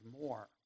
more